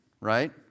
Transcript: right